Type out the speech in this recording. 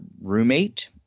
roommate